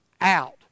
out